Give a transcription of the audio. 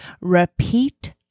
repeat